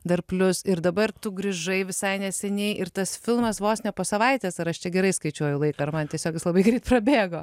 dar plius ir dabar tu grįžai visai neseniai ir tas filmas vos ne po savaitės ar aš čia gerai skaičiuoju laiką ar man tiesiog is labai greit prabėgo